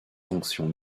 fonctions